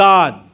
God